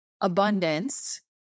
abundance